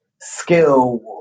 skill